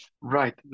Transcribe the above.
Right